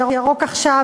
"ירוק עכשיו",